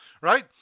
right